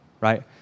right